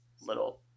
little